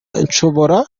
nshobora